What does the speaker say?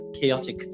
chaotic